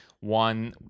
one